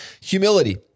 humility